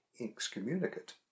excommunicate